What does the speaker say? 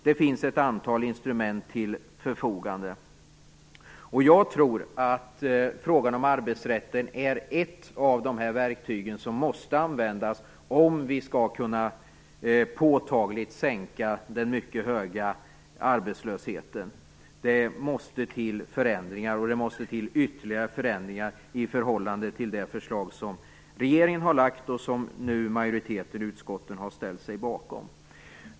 Det finns ett antal instrument till förfogande. Jag tror att frågan om arbetsrätten är ett av de verktyg som måste användas om vi påtagligt skall kunna sänka den mycket höga arbetslösheten. Det måste till förändringar, och det måste till ytterligare förändringar i förhållande till det förslag som regeringen har lagt fram och som majoriteten i utskottet nu har ställt sig bakom.